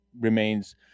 remains